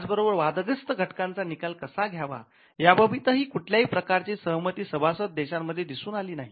त्याच बरोबर वादग्रस्त घटकांचा निर्णय कसा घ्यावा याबाबतही कुठल्याही प्रकारची सहमती सभासद देशांमध्ये दिसून आली नाही